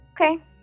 Okay